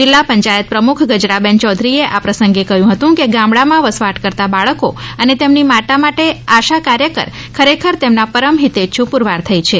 જિલ્લા પંચાયત પ્રમુખ ગજરાબેન યૌધરીએ આ પ્રસંગે કહ્યું હતું કે ગામડા માં વસવાટ કરતાં બાળકો અને તેમની માતા માટે આશા કાર્યકર ખરેખર તેમના પરમ હિતેચ્છુ પુરવાર થઈ છે